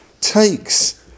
takes